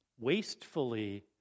wastefully